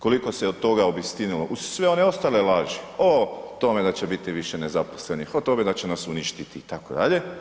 Koliko se od toga obistinilo uz sve one ostale laži o tome da će biti više nezaposlenih, o tome da će nas uništiti itd.